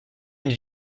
une